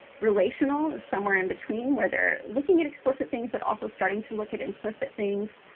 relational somewhere in between where they're looking at explicit things, but also starting to look at implicit things,